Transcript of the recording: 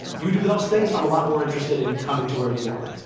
you do those things, i'm a lot more interested in coming to where you are.